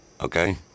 okay